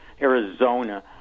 Arizona